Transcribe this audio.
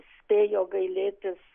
spėjo gailėtis